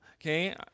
okay